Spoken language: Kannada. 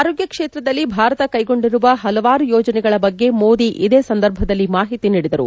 ಆರೋಗ್ಟ ಕ್ಷೇತ್ರದಲ್ಲಿ ಭಾರತ ಕೈಗೊಂಡಿರುವ ಹಲವಾರು ಯೋಜನೆಗಳ ಬಗ್ಗೆ ಮೋದಿ ಇದೇ ಸಂದರ್ಭದಲ್ಲಿ ಮಾಹಿತಿ ನೀಡಿದರು